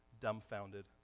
Dumbfounded